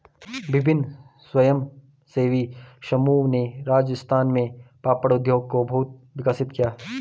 विभिन्न स्वयंसेवी समूहों ने राजस्थान में पापड़ उद्योग को बहुत विकसित किया